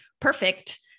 perfect